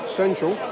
central